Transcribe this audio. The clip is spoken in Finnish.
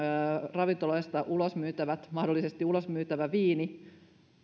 ravintoloista mahdollisesti ulosmyytävä viini